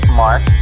mark